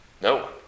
No